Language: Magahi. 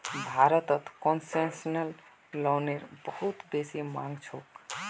भारतत कोन्सेसनल लोनेर बहुत बेसी मांग छोक